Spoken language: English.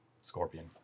scorpion